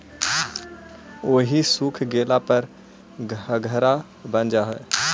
ओहि सूख गेला पर घंघरा बन जा हई